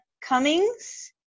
Cummings